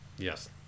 yes